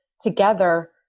together